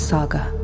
Saga